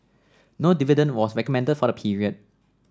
no dividend was recommended for the period